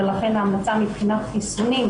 ולכן ההמלצה מבחינת חיסונים,